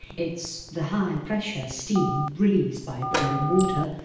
it's the high pressure steam released by boiling water,